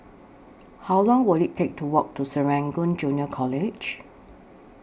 How Long Will IT Take to Walk to Serangoon Junior College